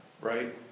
Right